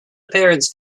appearance